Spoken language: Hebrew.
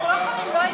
אנחנו לא יכולים.